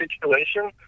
situation